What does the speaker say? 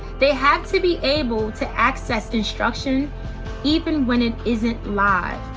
they have to be able to access instruction even when it isn't live.